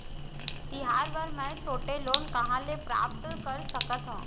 तिहार बर मै छोटे लोन कहाँ ले प्राप्त कर सकत हव?